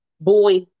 boy